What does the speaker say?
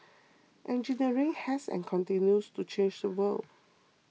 engineering has and continues to change the world